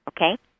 okay